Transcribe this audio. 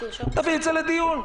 נביא את זה לדיון.